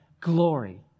glory